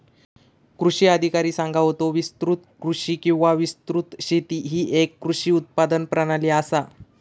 कृषी अधिकारी सांगा होतो, विस्तृत कृषी किंवा विस्तृत शेती ही येक कृषी उत्पादन प्रणाली आसा